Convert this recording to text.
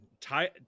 tie